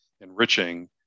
enriching